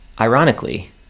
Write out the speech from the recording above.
Ironically